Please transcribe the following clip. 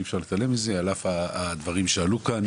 אי אפשר להתעלם מזה על אף הדברים שעלו כאן